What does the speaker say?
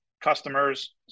customers